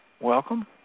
Welcome